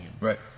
Right